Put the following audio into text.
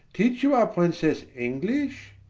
teach you our princesse english?